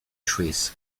trees